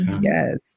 Yes